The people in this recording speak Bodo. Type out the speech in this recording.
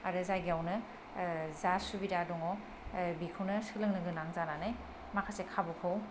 आरो जायगायावनो जा सुबिदा दङ बेखौनो सोलोंनो गोनां जानानै माखासे खाबुखौ